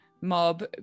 mob